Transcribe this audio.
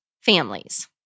families